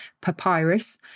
papyrus